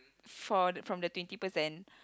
for the from the twenty percent